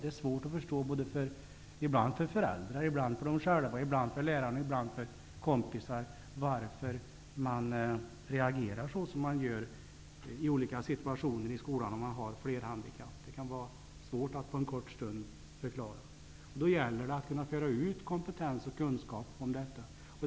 Det är svårt att förstå ibland för föräldrar, ibland för eleverna själva, ibland för lärare och ibland för kompisar varför man reagerar så som man gör i olika situationer när man är flerhandikappad. Det kan vara svårt att på en kort stund förklara. Då gäller det att föra ut kompetens och kunskap om detta.